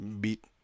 Beat